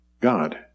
God